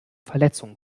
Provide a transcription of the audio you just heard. verletzungen